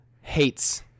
hates